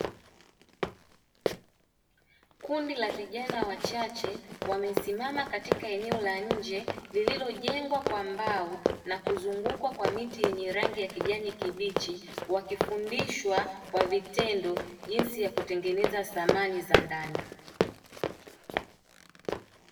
Kundi la vijana wachache wamesimama katika eneo la nje lililojengwa kwa mbao na kuzungukwa kwa miti yenye rangi ya kijani kibichi, wakifundishwa kwa vitendo jinsi ya kutengeneza samani za ndani.